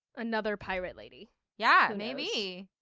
another pirate lady yeah. maybe.